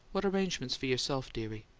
what arrangements for yourself, dearie?